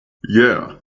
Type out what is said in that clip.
yes